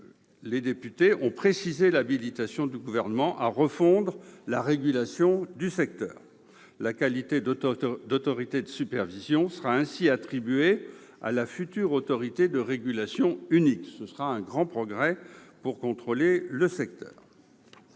les députés ont précisé l'habilitation du Gouvernement à refondre la régulation du secteur. La qualité d'autorité de supervision sera ainsi attribuée à la future autorité de régulation unique. Il s'agira d'un grand progrès en matière de contrôle du secteur.